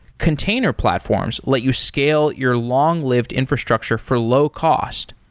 container platforms let you scale your long-lived infrastructure for low cost,